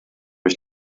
ich